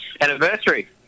Anniversary